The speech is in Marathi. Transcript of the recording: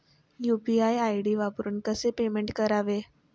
यु.पी.आय आय.डी वापरून कसे पेमेंट करावे?